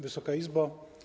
Wysoka Izbo!